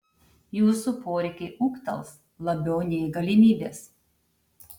jūsų poreikiai ūgtels labiau nei galimybės